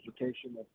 education